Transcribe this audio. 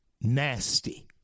nasty